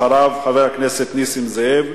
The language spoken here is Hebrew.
אחריו, חבר הכנסת נסים זאב.